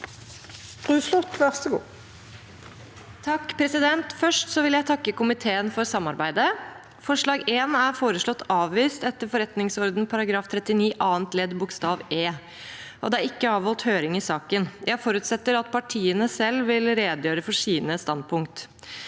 Først vil jeg takke komiteen for samarbeidet. Forslag nr. 1 er foreslått avvist etter forretningsorden § 39 annet ledd bokstav e, og det er ikke avholdt høring i saken. Jeg forutsetter at partiene selv vil redegjøre for sine standpunkt.